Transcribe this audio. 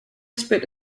desperate